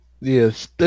Yes